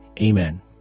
Amen